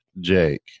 Jake